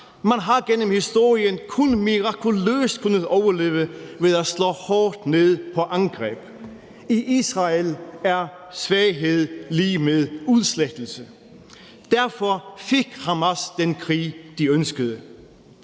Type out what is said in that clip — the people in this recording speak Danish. Man har igennem historien kun mirakuløst kunnet overleve ved at slå hårdt ned på angreb. I Israel er svaghed lig med udslettelse. Derfor fik Hamas den krig, de ønskede.